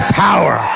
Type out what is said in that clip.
power